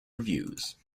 reviews